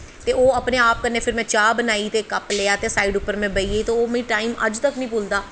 ते ओह् फिर में अपने आप कन्नै चाह् बनाई ते कप लेआ ते साइड़ उप्पर में बेही गेी ते ओह् टैम अज्ज तक नेईं भुलदा